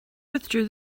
withdrew